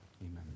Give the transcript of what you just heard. amen